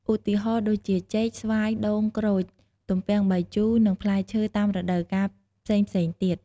ឧទាហរណ៍ដូចជា ចេក ស្វាយ ដូង ក្រូច ទំពាំងបាយជូរ និងផ្លែឈើតាមរដូវកាលផ្សេងៗទៀត។